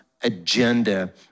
agenda